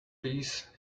please